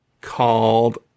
called